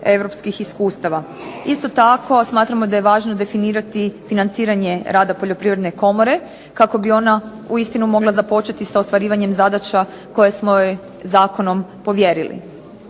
europskih iskustava. Isto tako smatramo da je važno definirati financiranje rada Poljoprivredne komore kako bi ona mogla uistinu započeti sa ostvarivanjem zadaća koje smo joj zakonom povjerili.